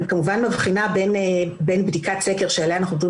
אני כמובן מבחינה בין בדיקת סקר שעליה אנחנו מדברים,